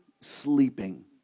sleeping